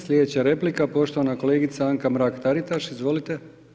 Slijedeća replika poštovana kolegica Anka Mrak-Taritaš, izvolite.